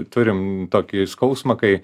turim tokį skausmą kai